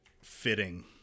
fitting